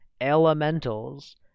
Elementals